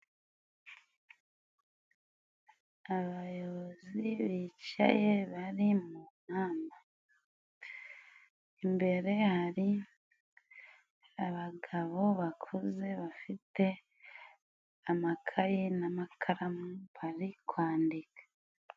Abayobozi bicaye, bari mu nama. Imbere hari abagabo bakuze bafite amakaye n'amakaramu bari kwandika.